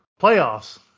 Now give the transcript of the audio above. playoffs